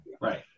Right